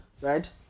right